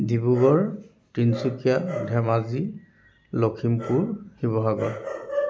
Dibrugarh Tinsukia Dhemaji Lakhimpur Sivasagar